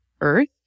Earth